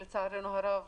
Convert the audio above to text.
לצערנו הרב,